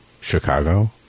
Chicago